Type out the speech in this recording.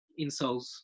insoles